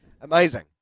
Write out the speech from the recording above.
Amazing